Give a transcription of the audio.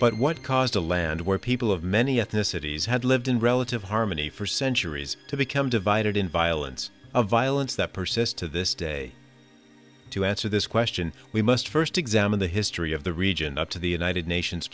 but what caused a land where people of many ethnicities had lived in relative harmony for centuries to become divided in violence of violence that persists to this day to answer this question we must first examine the history of the region up to the united nations